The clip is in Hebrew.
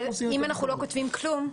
אבל אם אנחנו לא כותבים כלום,